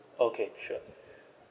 okay sure